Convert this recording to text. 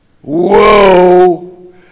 Whoa